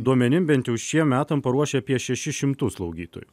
duomenim bent jau šiem metam paruošia apie šešis šimtus slaugytojų